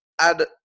add